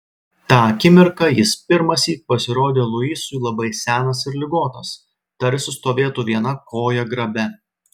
tą akimirką jis pirmąsyk pasirodė luisui labai senas ir ligotas tarsi stovėtų viena koja grabe